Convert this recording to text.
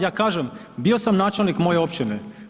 Ja kažem bio sam načelnik moje općine.